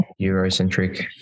Eurocentric